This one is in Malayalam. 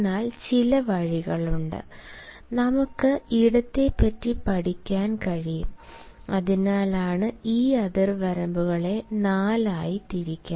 എന്നാൽ ചില വഴികളുണ്ട് നമുക്ക് ഇടത്തെ പറ്റി പഠിക്കാൻ കഴിയും അതിനാലാണ് ഈ അതിർവരമ്പുകളെ 4 ആയി തിരിക്കാം